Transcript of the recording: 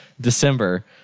December